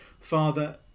Father